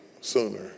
sooner